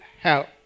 help